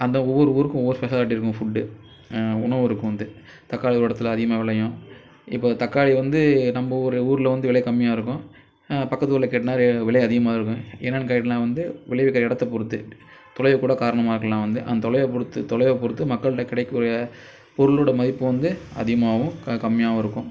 அந்த ஒவ்வொரு ஊருக்கும் ஒவ்வொரு ஸ்பெஷாலிட்டி இருக்கும் ஃபுட் உணவிருக்கும் வந்து தக்காளி ஒரு இடத்துல அதிகமாக விளையும் இப்போ தக்காளி வந்து நம்ம ஊரில் வந்து வில கம்மியாயிருக்கும் பக்கத்தூர்ல கேட்டிங்கனா விலை அதிகமாயிருக்கும் என்னன்னு கேட்டிங்கனா வந்து விலைவிக்குற இடத்த பொறுத்து தொலைவு கூட காரணமாயிருக்கலான் வந்து அந்த தொலைவை பொறுத்து தொலைவை பொறுத்து மக்கள்கிட்ட கிடைக்க கூடிய பொருளோட மதிப்பு வந்து அதிகமாகவும் கம்மியாயிருக்கும்